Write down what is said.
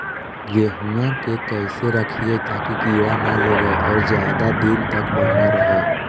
गेहुआ के कैसे रखिये ताकी कीड़ा न लगै और ज्यादा दिन तक बढ़िया रहै?